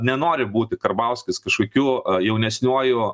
nenori būti karbauskis kažkokiu jaunesniuoju